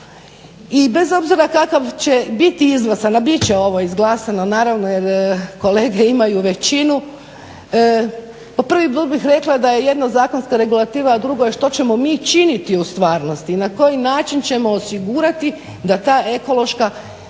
i bez obzira kako će biti izglasana, bit će ovo izglasano naravno jer kolege imaju većinu. Po prvi put bih rekla da je jedno zakonska regulativa a drugo je što ćemo mi činiti u stvarnosti i na koji način ćemo osigurati da ta ekološka